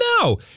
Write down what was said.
No